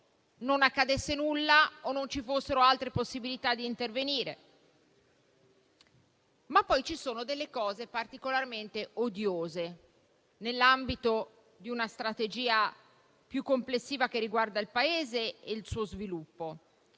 non accadesse nulla o non ci fossero altre possibilità di intervento. Vi sono poi delle questioni particolarmente odiose, nell'ambito di una strategia più complessiva che riguarda il Paese e il suo sviluppo.